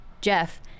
Jeff